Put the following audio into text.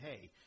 Hey